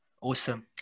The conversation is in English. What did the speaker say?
Awesome